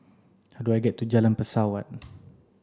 how do I get to Jalan Pesawat